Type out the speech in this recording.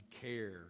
care